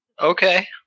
Okay